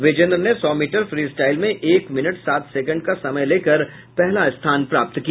विजेंद्र ने सौ metre freestyle में एक मिनट सात सेकेंड का समय लेकर पहला स्थान प्राप्त किया